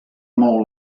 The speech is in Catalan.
mou